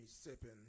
sipping